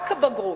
רק הבגרות,